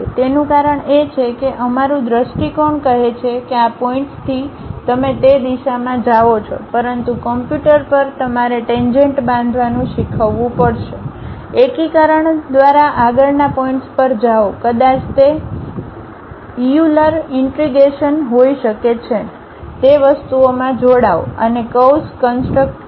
તેનું કારણ એ છે કે અમારું દ્રષ્ટિકોણ કહે છે કે આ પોઇન્ટ્સથી તમે તે દિશામાં જાઓ છો પરંતુ કમ્પ્યુટર પર તમારે ટેંજેંટ બાંધવાનું શીખવવું પડશે એકીકરણ દ્વારા આગળના પોઇન્ટ્સ પર જાઓ કદાચ તે ઈયુલર ઇન્ટીગ્રેશન હોઈ શકે તે વસ્તુઓમાં જોડાઓ અને કર્વ્સ કન્સટ્રક્ કરો